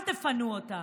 אל תפנו אותם.